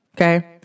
okay